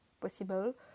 possible